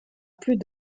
plus